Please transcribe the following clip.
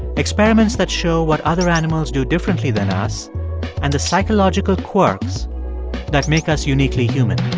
experiments that show what other animals do differently than us and the psychological quirks that make us uniquely human